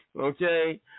Okay